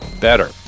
better